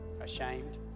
ashamed